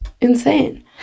Insane